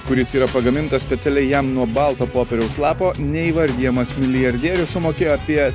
kuris yra pagamintas specialiai jam nuo balto popieriaus lapo neįvardijamas milijardierius sumokėjo apie